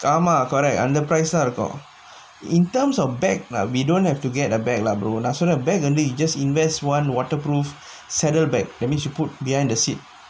ஆமா:aamaa correct அந்த:antha price தா இருக்கு:thaa irukku in terms of bag lah we don't have to get a bag lah brother just invest one waterproof saddlebag that means you put behind the seat